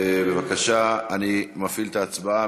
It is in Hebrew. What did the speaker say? בבקשה, אני מפעיל את ההצבעה.